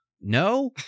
No